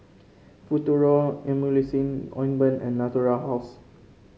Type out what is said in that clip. Futuro Emulsying Ointment and Natura House